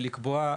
ולקבוע.